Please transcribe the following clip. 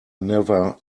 never